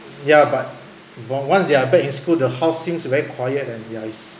ya but once they are back in school the house seems very quiet and ya